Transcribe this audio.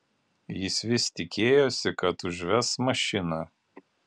jis vis tikėjosi kad užves mašiną